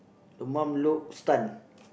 the mom looks stun